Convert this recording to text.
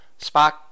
Spock